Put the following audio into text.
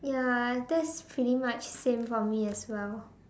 ya that's pretty much same for me as well